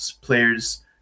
players